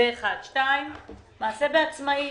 מעשה בעצמאי